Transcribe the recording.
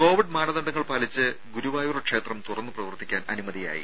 Covid മാനദണ്ഡങ്ങൾ പാലിച്ച് ഗുരുവായൂർ ക്ഷേത്രം തുറന്ന് പ്രവർത്തിക്കാൻ അനുമതിയായി